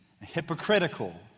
hypocritical